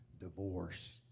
divorce